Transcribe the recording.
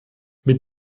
mit